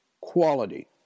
quality